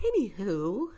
anywho